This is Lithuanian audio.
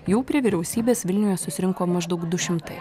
jau prie vyriausybės vilniuje susirinko maždaug du šimtai